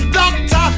doctor